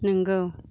नंगौ